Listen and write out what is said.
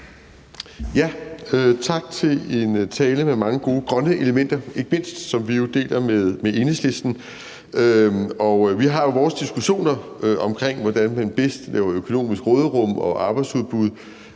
for en tale med ikke mindst mange gode grønne elementer, som vi jo deler med Enhedslisten. Vi har jo vores diskussioner omkring, hvordan man bedst laver økonomisk råderum og arbejdsudbud